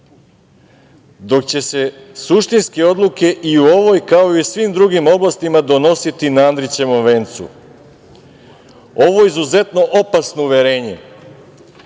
Dok će se suštinske odluke i u ovoj kao i u svim drugim oblastima donositi na Andrićevom vencu. Ovo je izuzetno opasno uverenje.